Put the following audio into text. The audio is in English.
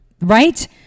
Right